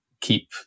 keep